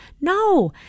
no